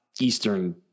Eastern